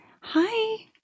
Hi